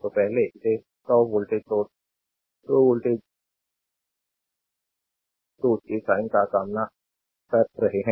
तो पहले इस 100 voltage source 100 volt voltage source के साइन का सामना कर रहे हैं